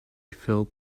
filled